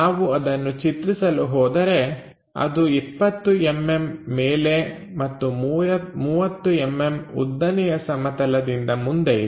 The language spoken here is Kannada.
ನಾವು ಅದನ್ನು ಚಿತ್ರಿಸಲು ಹೋದರೆ ಅದು 20mm ಮೇಲೆ ಮತ್ತು 30mm ಉದ್ದನೆಯ ಸಮತಲದಿಂದ ಮುಂದೆ ಇದೆ